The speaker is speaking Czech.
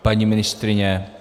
Paní ministryně?